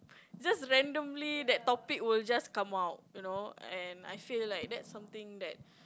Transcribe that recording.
just randomly that topic will just come out you know and I feel like that's something that